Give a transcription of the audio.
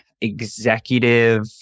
executive